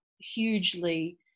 hugely